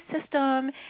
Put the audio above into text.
system